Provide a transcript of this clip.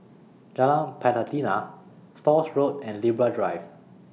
Jalan Pelatina Stores Road and Libra Drive